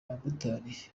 abamotari